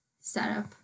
setup